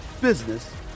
business